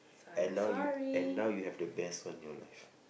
and now you and now you have the best one your life